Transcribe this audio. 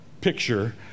picture